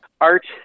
art